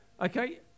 Okay